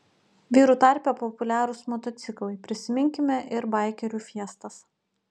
vyrų tarpe populiarūs motociklai prisiminkime ir baikerių fiestas